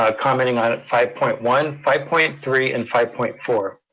ah commenting on five point one, five point three, and five point four.